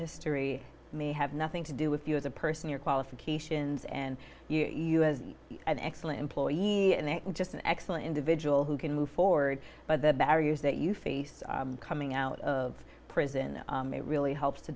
history may have nothing to do with you as a person your qualifications and you as an excellent employee and then just an excellent individual who can move forward but the barriers that you face coming out of prison really helps to